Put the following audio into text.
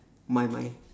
my mind